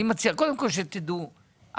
קודם כל שתדעו,